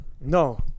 No